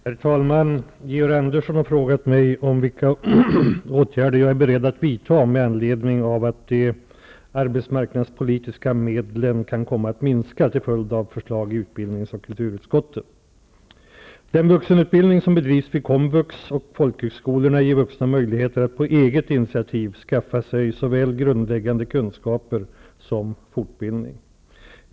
Herr talman! Georg Andersson har frågat mig vilka åtgärder jag är beredd att vidta med anled ning av att de arbetsmarknadspolitiska medlen kan komma att minska till följd av förslag i utbild nings och kulturutskotten. Den vuxenutbildning som bedrivs vid komvux och folkhögskolorna ger vuxna möjligheter att på eget initiativ skaffa sig såväl grundläggande kunskaper som fortbildning.